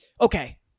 okay